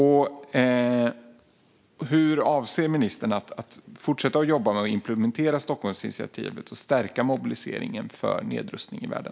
Hur avser ministern att fortsätta jobba med att implementera Stockholmsinitiativet och stärka mobiliseringen för nedrustning i världen?